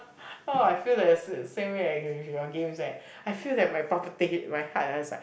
oh I feel that the s~ same way as with your games leh I feel that my palpita~ my heart ah is like